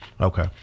Okay